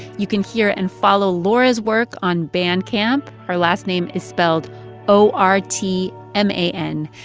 you can hear and follow laura's work on bandcamp. her last name is spelled o r t m a n,